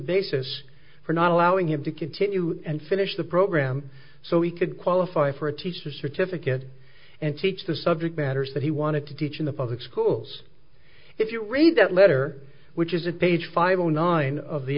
basis for not allowing him to continue and finish the program so he could qualify for a teacher's certificate and teach the subject matters that he wanted to teach in the public schools if you read that letter which is a page five zero nine of the